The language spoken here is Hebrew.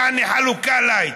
יעני חלוקה לייט.